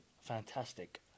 fantastic